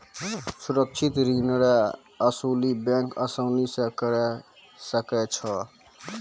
सुरक्षित ऋण रो असुली बैंक आसानी से करी सकै छै